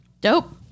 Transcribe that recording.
dope